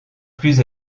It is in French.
plus